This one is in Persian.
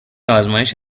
آزمایش